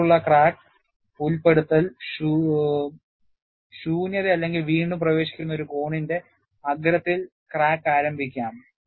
നിലവിലുള്ള ക്രാക്ക് ഉൾപ്പെടുത്തൽ ശൂന്യത അല്ലെങ്കിൽ വീണ്ടും പ്രവേശിക്കുന്ന ഒരു കോണിന്റെ അഗ്രത്തിൽ ക്രാക്ക് ആരംഭിക്കാം